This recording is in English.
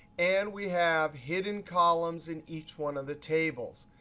and we have hidden columns in each one of the tables.